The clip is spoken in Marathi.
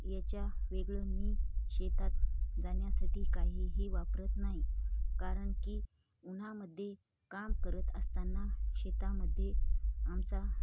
याच्या वेगळं मी शेतात जाण्यासाठी काहीही वापरत नाही कारण की उन्हामध्ये काम करत असताना शेतामध्ये आमचा